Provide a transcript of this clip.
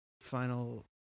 final